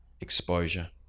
exposure